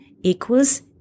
equals